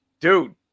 dude